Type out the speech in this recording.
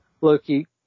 Loki